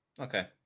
Okay